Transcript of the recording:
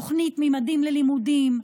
תוכנית ממדים ללימודים,